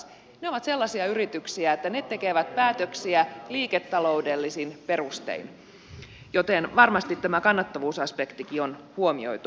ne ovat sellaisia yrityksiä että ne tekevät päätöksiä liiketaloudellisin perustein joten varmasti tämä kannattavuusaspektikin on huomioitu